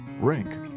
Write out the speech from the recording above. Rank